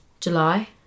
July